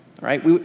Right